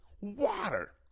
Water